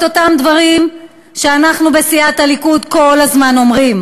אותם דברים שאנחנו בסיעת הליכוד כל הזמן אומרים.